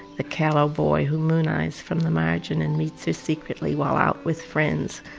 the callow boy who moon-eyes from the margin and meets her secretly while out with friends,